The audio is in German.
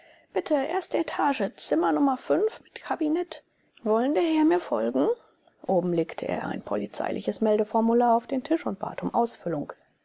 bitte erste etage zimmer nummer fünf mit kabinett wollen der herr mir folgen oben legte er ein polizeiliches meldeformular auf den tisch und bat um ausfüllung